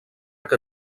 que